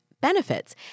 benefits